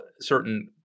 certain